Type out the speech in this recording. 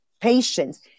Patience